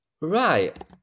Right